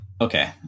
Okay